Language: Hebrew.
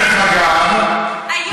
דרך אגב,